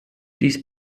these